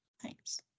Thanks